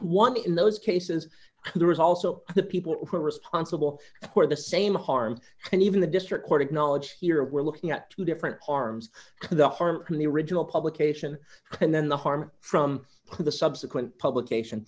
one in those cases there is also the people who are responsible for the same harm and even the district court acknowledged here we're looking at two different harms the harm in the original publication and then the harm from the subsequent publication